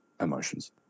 emotions